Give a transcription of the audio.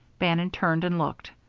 bannon turned and looked.